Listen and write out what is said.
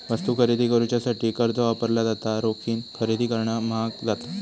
वस्तू खरेदी करुच्यासाठी कर्ज वापरला जाता, रोखीन खरेदी करणा म्हाग जाता